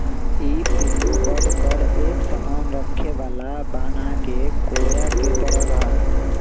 ई पिल्लू बढ़कर एक सामान रखे वाला बनाके कोया के तरह रहा हई